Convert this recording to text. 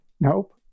Nope